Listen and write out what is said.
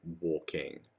walking